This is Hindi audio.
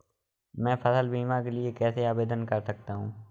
मैं फसल बीमा के लिए कैसे आवेदन कर सकता हूँ?